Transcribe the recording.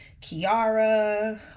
Kiara